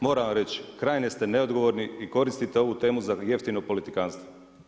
Moram vam reći, krajnje ste neodgovorni i koristite ovu temu za jeftino politikanstvo.